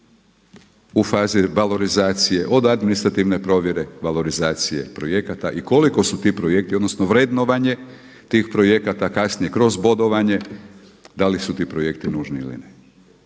U fazi valorizacije od administrativne provjere, valorizacije projekata i koliko su ti projekti, odnosno vrednovanje tih projekata kasnije kroz bodovanje, da li su ti projekti nužni ili ne.